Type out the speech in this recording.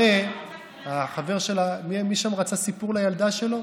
הרי החבר שלה, מי שם רצה סיפור לילדה שלו?